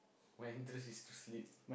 my interest is to sleep